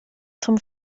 zum